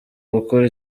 gukora